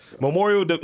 Memorial